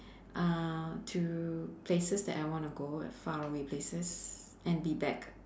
uh to places that I wanna go far away places and be back